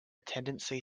tendency